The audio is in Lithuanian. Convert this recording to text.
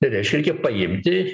tai reiška reikia paimti